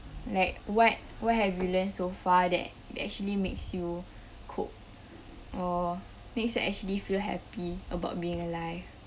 like what what have you learned so far that actually makes you cope or makes you actually feel happy about being alive